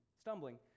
stumbling